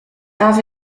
darf